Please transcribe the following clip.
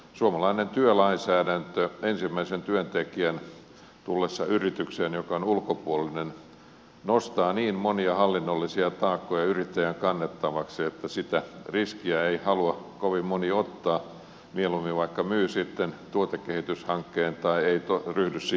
suomalainen työlainsäädäntö ensimmäisen ulkopuolisen työntekijän tullessa yritykseen nostaa niin monia hallinnollisia taakkoja yrittäjän kannettavaksi että sitä riskiä ei halua kovin moni ottaa mieluummin vaikka myy tuotekehityshankkeensa tai ei ryhdy siihen ollenkaan